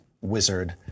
wizard